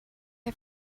had